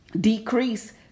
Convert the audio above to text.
decrease